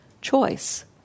choice